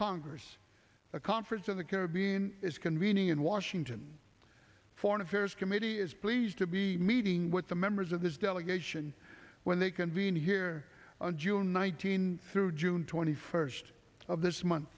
congress a conference of the caribbean is convening in washington foreign affairs committee is pleased to be meeting with the members of this delegation when they convene here on june one thousand through june twenty first of this month